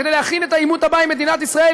כדי להכין את העימות הבא עם מדינת ישראל,